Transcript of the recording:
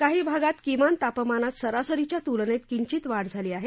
काही भागत किमान तापमानात सरासरीच्या तूलनेत किंचित वाढ झाली आहे